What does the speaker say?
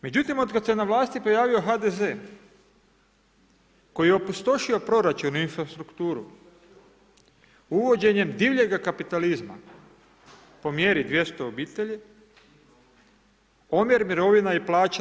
Međutim, od kada se na vlasti pojavio HDZ koji je opustošio proračun i infrastrukturu, uvođenjem divljega kapitalizma, po mjeri 200 obitelji, omjer mirovina i plaća